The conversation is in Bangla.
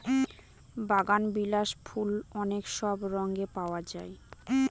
বাগানবিলাস ফুল অনেক সব রঙে পাওয়া যায়